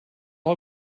all